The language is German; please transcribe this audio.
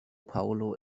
paulo